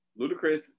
Ludacris